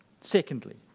Secondly